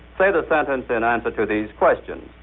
say the sentence in answer to these questions.